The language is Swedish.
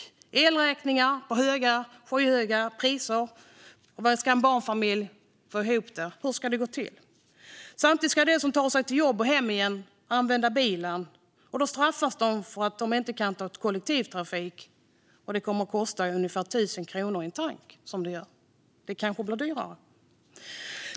Det blir elräkningar på hög och skyhöga priser. Hur ska en barnfamilj få ihop detta? Hur ska det gå till? Samtidigt måste de som tar sig till jobb och hem igen använda bilen. Då straffas de för att de inte kan ta kollektivtrafik; det kommer att kosta ungefär 1 000 kronor för en tank. Och det kanske blir ännu dyrare.